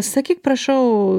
sakyk prašau